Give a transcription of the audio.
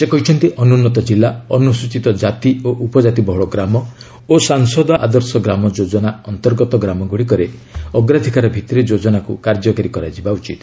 ସେ କହିଛନ୍ତି ଅନୁନ୍ନତ ଜିଲ୍ଲା ଅନୁସୂଚୀତ ଜାତି ଓ ଉପଜାତି ବହୁଳ ଗ୍ରାମ ଓ ସଂସଦ ଆଦର୍ଶଗ୍ରାମ ଯୋଜନା ଅନ୍ତର୍ଗତ ଗ୍ରାମଗୁଡ଼ିକରେ ଅଗ୍ରାଧିକାର ଭିଭିରେ ଯୋଜନାକୁ କାର୍ଯ୍ୟକାରୀ କରାଯିବା ଉଚିତ୍